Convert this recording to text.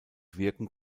wirken